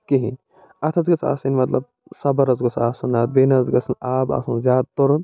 کِہیٖنۍ اتھ حظ گٔژھ آسٕنۍ مطلب صبر حظ گوش آسُن اتھ بیٚیہِ نَہ حظ گژھنہٕ آب آسُن زیادٕ تُرُن